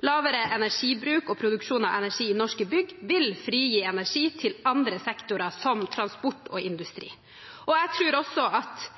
Lavere energibruk og produksjon av energi i norske bygg vil frigi energi til andre sektorer, som transport og industri. Jeg tror også at